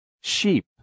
sheep